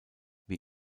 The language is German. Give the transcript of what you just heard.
wie